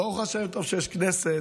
ברוך השם, טוב שיש כנסת